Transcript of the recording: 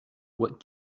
what